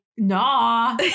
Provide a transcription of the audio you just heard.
Nah